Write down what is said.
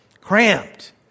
cramped